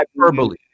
hyperbole